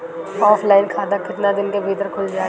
Offline खाता केतना दिन के भीतर खुल जाई?